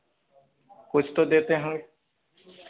कुछ तो देते होंगे